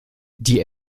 die